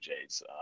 Jays